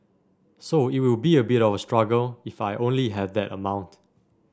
so it will be a bit of a struggle if I only have that amount